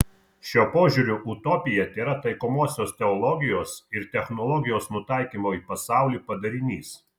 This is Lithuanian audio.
šiuo požiūriu utopija tėra taikomosios teologijos ir technologijos nutaikymo į pasaulį padarinys